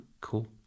Cool